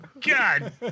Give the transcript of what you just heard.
God